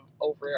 over